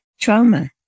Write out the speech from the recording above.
trauma